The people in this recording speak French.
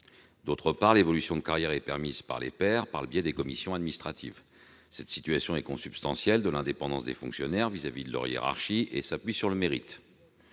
D'autre part, l'évolution de carrière est permise par les pairs, les commissions administratives. Ces règles sont consubstantielles à l'indépendance des fonctionnaires vis-à-vis de leur hiérarchie, et sont fondées sur le mérite.